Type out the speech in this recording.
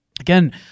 Again